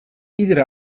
iedere